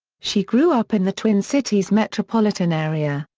she grew up in the twin cities metropolitan area,